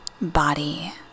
body